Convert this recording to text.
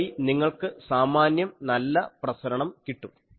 അതുവഴി നിങ്ങൾക്ക് സാമാന്യം നല്ല പ്രസരണം കിട്ടും